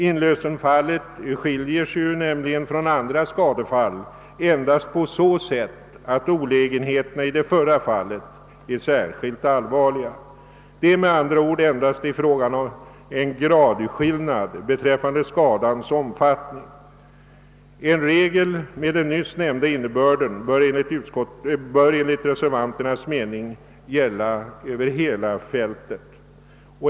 Inlösenfallet skiljer sig nämligen från andra skadefall endast på så sätt, att olägenheterna i det förra fallet är särskilt allvarliga. Det är med andra ord endast fråga om en gradskillnad beträffande skadans omfattning. En regel med den nyss nämnda innebörden bör enligt reservanternas mening gälla över hela fältet.